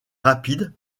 rapide